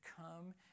come